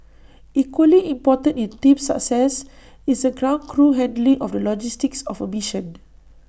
equally important in A team's success is the ground crew handling of the logistics of A mission